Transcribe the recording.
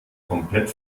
komplett